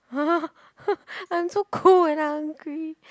!huh! I'm so cold and hungry